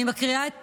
אני מקריאה את